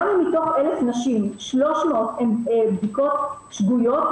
גם אם מתוך 1,000 נשים 300 הן בדיקות שגויות,